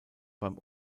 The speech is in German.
beim